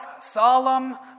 solemn